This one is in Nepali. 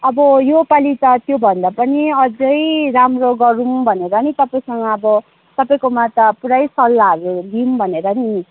अबो यो पालि त त्योभन्दा पनि अझै राम्रो गरौँ भनेर नि तपाईँसँग अब तपाईँकोमा त पुरै सल्लाहरू लिऊँ भनेर नि मिस